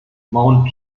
mount